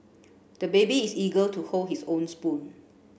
the baby is eager to hold his own spoon